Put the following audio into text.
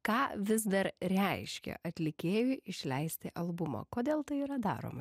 ką vis dar reiškia atlikėjui išleisti albumą kodėl tai yra daroma